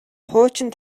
хуучин